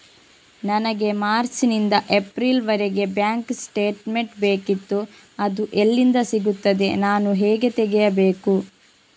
ನನಗೆ ಮಾರ್ಚ್ ನಿಂದ ಏಪ್ರಿಲ್ ವರೆಗೆ ಬ್ಯಾಂಕ್ ಸ್ಟೇಟ್ಮೆಂಟ್ ಬೇಕಿತ್ತು ಅದು ಎಲ್ಲಿಂದ ಸಿಗುತ್ತದೆ ನಾನು ಹೇಗೆ ತೆಗೆಯಬೇಕು?